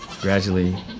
Gradually